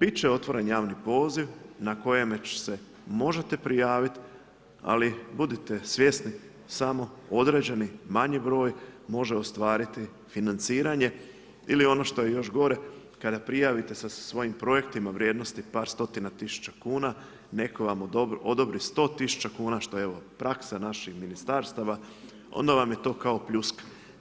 biti će otvoren javni poziv, na kojima će se možete prijaviti, ali budite svjesni, samo određeni, manji broj, može ostvariti financiranje ili ono što je još gore, kada prijavite sa svojim projektima vrijednosti par stotina tisuća kuna, netko vam odobri, sto tisuća kuna, što je evo, praksa vaših ministarstava, onda vam je to kao pljuska.